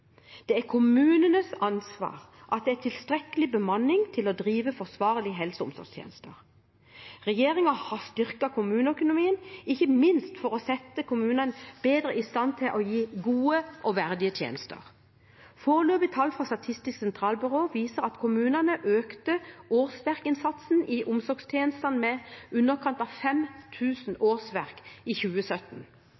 Det er kommunenes ansvar at det er tilstrekkelig bemanning til å drive forsvarlige helse- og omsorgstjenester. Regjeringen har styrket kommuneøkonomien, ikke minst for å sette kommunene bedre i stand til å gi gode og verdige tjenester. Foreløpige tall fra Statistisk sentralbyrå viser at kommunene økte årsverksinnsatsen i omsorgstjenestene med i underkant av